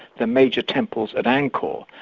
the major temples at angkor.